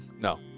No